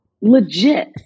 Legit